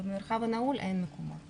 במרחב הנעול אין מקומות